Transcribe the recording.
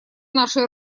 нашей